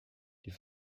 die